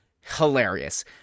hilarious